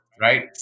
right